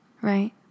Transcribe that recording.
right